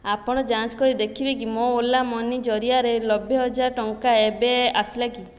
ଆପଣ ଯାଞ୍ଚ କରି ଦେଖିବେ କି ମୋ ଓଲା ମନି ଜରିଆରେ ନବେ ହଜାର ଟଙ୍କା ଏବେ ଆସିଲା କି